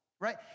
right